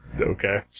Okay